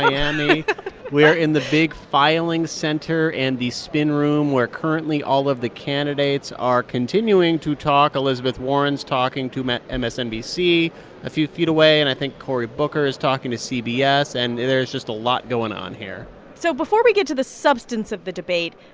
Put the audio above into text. we are in the big filing center and the spin room where currently all of the candidates are continuing to talk. elizabeth warren's talking to and msnbc a few feet away. and i think cory booker is talking to cbs. and there's just a lot going on here so before we get to the substance of the debate,